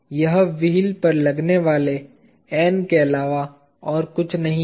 यह व्हील पर लगने वाले N के अलावा और कुछ नहीं है